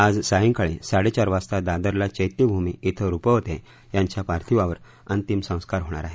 आज सायंकाळी साडेचार वाजता दादरला चैत्यभूमी इथं रुपवते यांच्या पार्थिवावर अंतिम संस्कार होणार आहेत